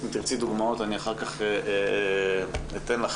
אם תרצי דוגמאות, אני אחר כך אתן לך.